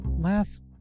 last